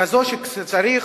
כזו שכשצריך